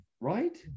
right